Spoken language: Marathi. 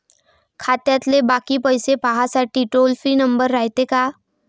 खात्यातले बाकी पैसे पाहासाठी टोल फ्री नंबर रायते का?